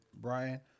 Brian